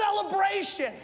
celebration